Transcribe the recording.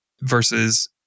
versus